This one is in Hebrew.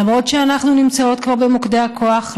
למרות שאנחנו נמצאות במוקדי הכוח,